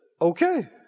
okay